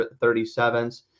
37s